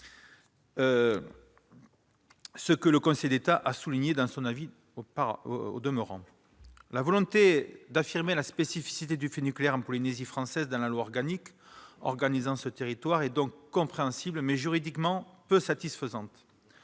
comme le Conseil d'État l'a d'ailleurs souligné dans son avis. La volonté d'affirmer la spécificité du fait nucléaire en Polynésie française dans la loi organique régissant ce territoire est donc compréhensible, mais juridiquement peu satisfaisante.